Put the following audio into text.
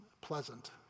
pleasant